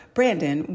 Brandon